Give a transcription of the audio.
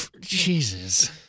Jesus